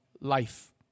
life